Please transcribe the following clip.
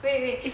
wait wait